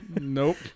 Nope